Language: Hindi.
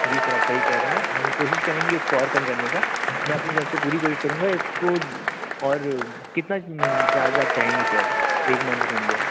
जी सर आप सही कहे रहे हैं हम कोशिश करेंगे इसको और कम करने का मैं अपनी तरफ से पूरी कोशिश करूँगा इसको और कितना चार्ज आप चाहेंगे सर एक मंथ के अंदर